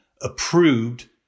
approved